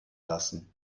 lassen